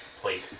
plate